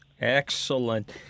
Excellent